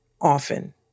often